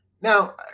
Now